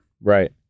Right